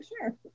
sure